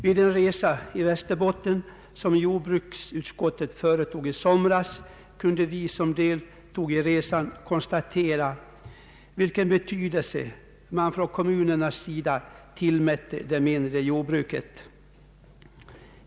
Vid en resa i Västerbotten, som jordbruksutskottet företog i somras, kunde vi som deltog i resan konstatera vilken betydelse man från kommunernas sida tillmätte det mindre jordbruket.